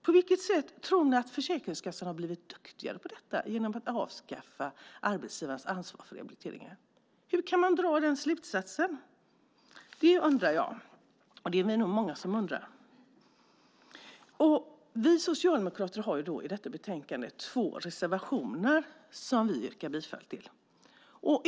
På vilket sätt har Försäkringskassan blivit duktigare på detta genom att arbetsgivarnas ansvar för rehabilitering har avskaffats? Hur kan man dra den slutsatsen? Det är det nog många som undrar. Vi socialdemokrater har i detta betänkande två reservationer som vi yrkar bifall till.